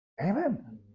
Amen